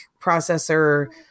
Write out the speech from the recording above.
processor